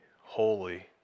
holy